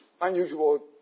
unusual